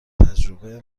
تجربه